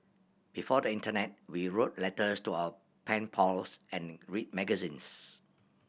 before the internet we wrote letters to our pen pals and read magazines